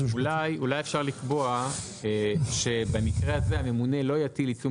אולי אפשר לקבוע שבמקרה הזה הממונה לא יטיל עיצום